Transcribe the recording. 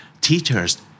teachers